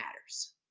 matters